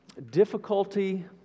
Difficulty